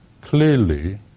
clearly